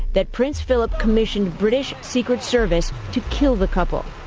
that prince phillip. commissioned british secret service to kill the couple.